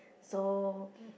so